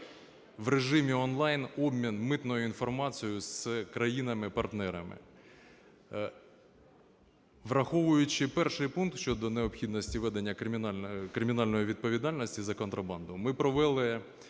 в режимі онлайн обмін митною інформацією з країнами-партнерами. Враховуючи перший пункт щодо необхідності введення кримінальної відповідальності за контрабанду, ми провели